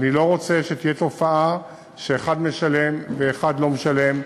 ואני לא רוצה שתהיה תופעה שאחד משלם ואחד לא משלם,